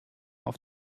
auf